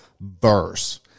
verse